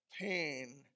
pain